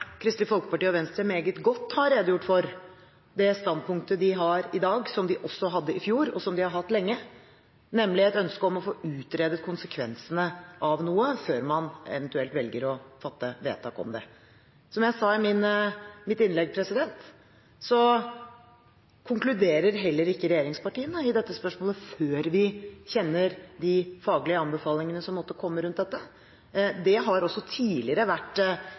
Kristelig Folkeparti og Venstre meget godt har redegjort for det standpunktet de har i dag, som de også hadde i fjor, og som de har hatt lenge, nemlig et ønske om å få utredet konsekvensene av noe før man eventuelt velger å fatte vedtak om det. Som jeg sa i mitt innlegg, konkluderer heller ikke regjeringspartiene i dette spørsmålet før vi kjenner de faglige anbefalingene som måtte komme rundt dette. Det har også tidligere vært